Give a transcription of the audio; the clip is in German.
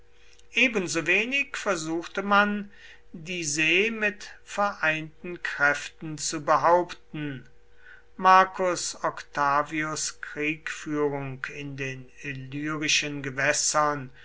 ebensowenig versuchte man die see mit vereinten kräften zu behaupten marcus octavius kriegführung in den illyrischen gewässern